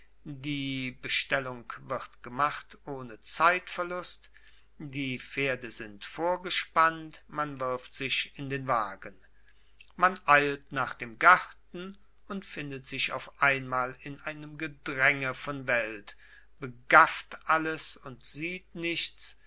die bestellung wird gemacht ohne zeitverlust die pferde sind vorgespannt man wirft sich in den wagen man eilt nach dem garten und findet sich auf einmal in einem gedränge von welt begafft alles und sieht nichts